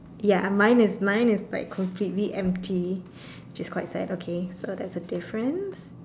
ya mine is like completely empty which is quite sad so that's a difference